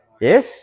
Yes